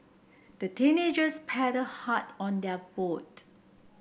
the teenagers paddled hard on their boat